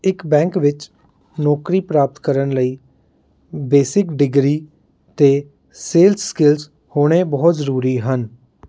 ਇੱਕ ਬੈਂਕ ਵਿੱਚ ਨੌਕਰੀ ਪ੍ਰਾਪਤ ਕਰਨ ਲਈ ਬੇਸਿਕ ਡਿਗਰੀ ਅਤੇ ਸੇਲ ਸਕਿਲਸ ਹੋਣੇ ਬਹੁਤ ਜ਼ਰੂਰੀ ਹਨ